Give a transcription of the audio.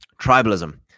tribalism